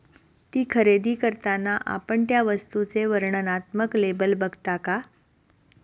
ती खरेदी करताना आपण त्या वस्तूचे वर्णनात्मक लेबल बघता का?